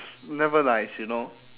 never nice you know